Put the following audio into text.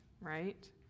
right